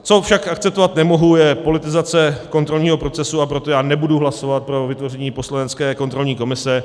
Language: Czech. Co však akceptovat nemohu, je politizace kontrolního procesu, a proto nebudu hlasovat pro vytvoření poslanecké kontrolní komise.